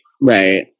Right